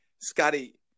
Scotty